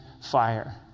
fire